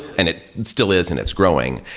and it still is and it's growing.